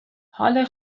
حال